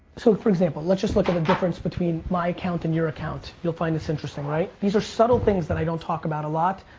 so for example, let's just look at the difference between my account and your account. you'll find this interesting. these are subtle things that i don't talk about a lot.